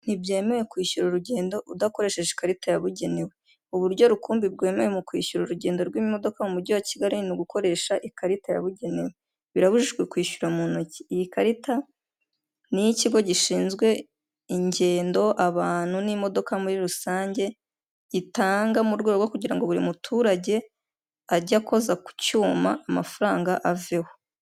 Ntibyemewe kwishyura urugendo udakoresheje ikarita yabugenewe uburyo rukumbi bwemewe mu kwishyura urugendo rw'imodoka mu mujyi wa Kigali ni ugukoresha ikarita yabugenewe, birabujijwe kwishyura mu ntoki, iyi karita iyikigo gishinzwe ingendo abantu n'imodoka muri rusange gitanga mu rwego kugira ngo buri muturage ajye akoza ku cyuma amafaranga aveho.